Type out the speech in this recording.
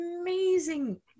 amazing